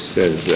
Says